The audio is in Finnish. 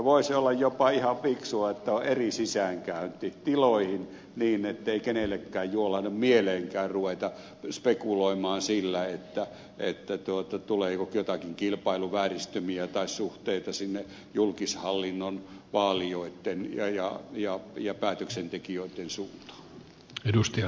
voisi olla jopa ihan fiksua että on eri sisäänkäynti tiloihin niin ettei kenellekään juolahda mieleenkään ruveta spekuloimaan sillä tuleeko jotakin kilpailun vääristymiä tai suhteita sinne julkishallinnon vaalijoitten ja päätöksentekijöitten suuntaan